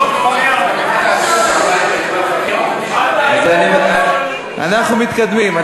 אנחנו מתקדמים.